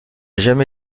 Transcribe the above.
jamais